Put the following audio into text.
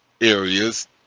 areas